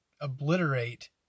obliterate